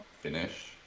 finish